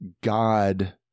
God